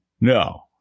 No